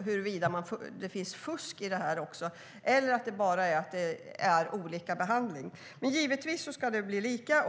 huruvida det finns fusk i det här också eller att det bara är olika behandling, men givetvis ska det bli lika.